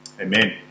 Amen